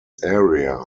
area